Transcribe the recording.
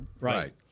right